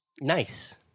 Nice